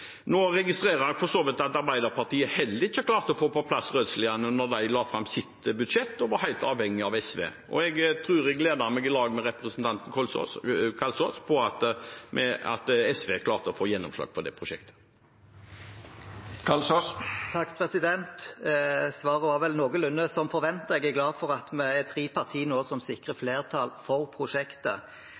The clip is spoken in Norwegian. at heller ikke Arbeiderpartiet hadde klart å få på plass midler til rassikring i Rødsliane da de la fram sitt budsjett, og at de var helt avhengig av SV. Jeg, i likhet med representanten Kalsås, gleder meg over at SV klarte å få gjennomslag for det prosjektet. Svaret var vel noenlunde som forventet. Jeg er glad for at vi er tre partier nå som sikrer flertall for prosjektet.